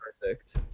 perfect